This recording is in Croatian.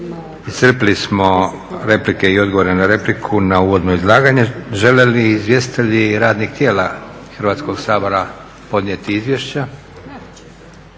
Iscrpili smo replike i odgovore na repliku na uvodno izlaganje. Žele li izvjestitelji radnih tijela Hrvatskog sabora podnijeti izvješća?